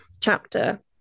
chapter